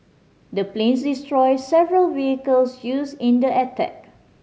the planes destroyed several vehicles used in the attack